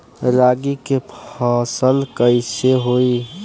रागी के फसल कईसे होई?